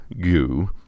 Goo